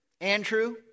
Andrew